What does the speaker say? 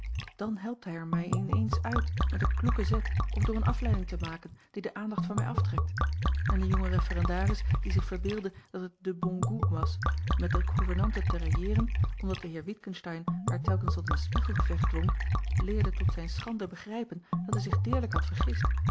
dan helpt hij er mij in eens uit met een kloeken zet of door eene afleiding te maken die de aandacht van mij aftrekt en de jonge referendaris die zich verbeeldde dat het de bon goût was met de gouvernante te railleeren omdat de heer witgensteyn haar telkens tot een spiegelgevecht dwong leerde het tot zijne schade begrijpen dat hij zich deerlijk had vergist